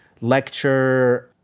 lecture